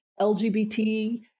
LGBT